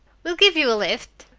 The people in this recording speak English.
we'll give you a lift.